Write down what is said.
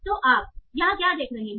तो आप यहाँ क्या देख रहे हैं